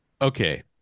okay